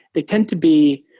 they tend to be,